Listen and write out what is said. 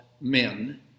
men